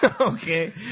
okay